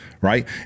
right